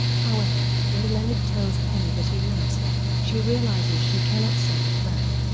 however, when leonard tells penny that he loves her, she realizes she cannot say it back.